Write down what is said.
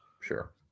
Sure